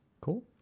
Cool